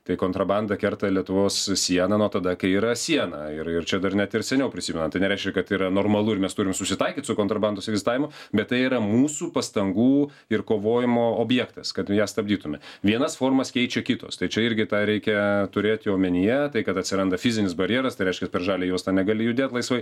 tai kontrabanda kerta lietuvos sieną nuo tada kai yra siena ir ir čia dar net ir seniau prisimenant tai nereiškia kad yra normalu ir mes turim susitaikyt su kontrabandos egzistavimu bet tai yra mūsų pastangų ir kovojimo objektas kad ją stabdytume vienas formas keičia kitos tai čia irgi tą reikia turėti omenyje tai kad atsiranda fizinis barjeras tai reiškias per žalią juostą negali judėt laisvai